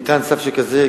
ניתן צו איסור שכזה.